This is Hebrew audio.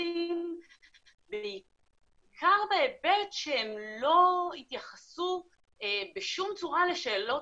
המיסים בעיקר בהיבט שהם לא התייחסו בשום צורה לשאלות